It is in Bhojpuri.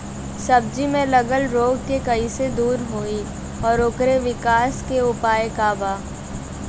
सब्जी में लगल रोग के कइसे दूर होयी और ओकरे विकास के उपाय का बा?